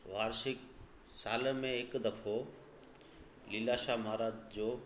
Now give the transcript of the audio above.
वार्षिक साल में हिकु दफ़ो लीला शाह महाराज जो